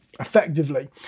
effectively